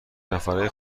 نفره